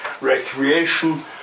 recreation